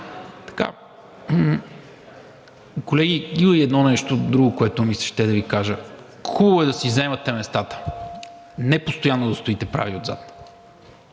Колеги, има и още едно друго нещо, което ми се ще да Ви кажа. Хубаво е да си заемате местата, не постоянно да стоите прави отзад.